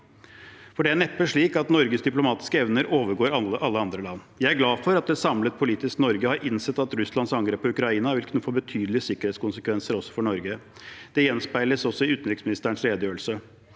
til. Det er neppe slik at Norges diplomatiske evner overgår alle andre lands. Jeg er glad for at et samlet politisk Norge har innsett at Russlands angrep på Ukraina vil kunne få betydelige sikkerhetskonsekvenser også for Norge. Det gjenspeiles også i utenriksministerens redegjørelse.